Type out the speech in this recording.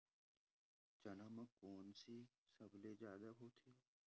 चना म कोन से सबले जादा होथे?